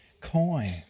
coin